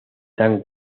dan